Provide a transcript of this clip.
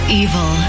evil